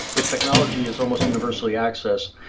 if technology is almost universally accessed,